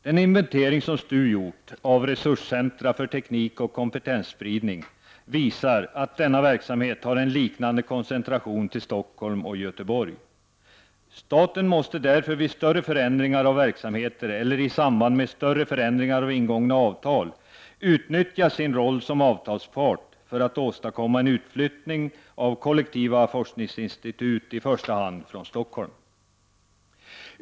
Den inventering som STU gjort av resurscentra för teknikoch kompetensspridning visar att också denna verksamhet har en liknande koncentration till Stockholm och Göteborg. Staten måste därför vid större förändringar av verksamheter eller i samband med större förändringar av ingångna avtal utnyttja sin roll som avtalspart för att åstadkomma en utflyttning av kollektiva forskningsinstitut från i första hand Stockholm.